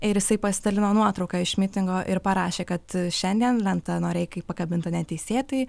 ir jisai pasidalino nuotrauka iš mitingo ir parašė kad šiandien lenta noreikai pakabinta neteisėtai